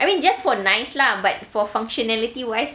I mean just for nice lah but for functionality wise